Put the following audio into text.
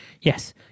Yes